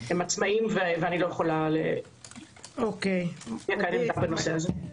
הם עצמאיים ואני לא יכולה להביע עמדה בנושא הזה.